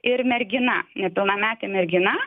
ir mergina nepilnametė mergina